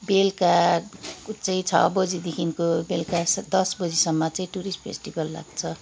बेलुकाको चाहिँ छ बजीदेखिको बेलुका दस बजीसम्म चाहिँ टुरिस्ट फेस्टिभल लाग्छ